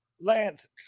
Lance